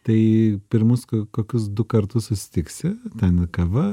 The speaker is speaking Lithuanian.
tai pirmus kokius du kartus susitiksi ten kava